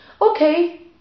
Okay